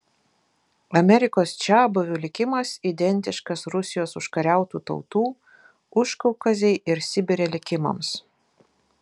amerikos čiabuvių likimas identiškas rusijos užkariautų tautų užkaukazėj ir sibire likimams